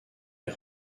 est